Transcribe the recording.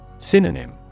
Synonym